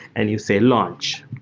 and you say launch.